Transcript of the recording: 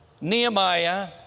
Nehemiah